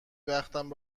وقتم